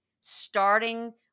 starting